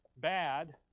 bad